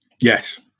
Yes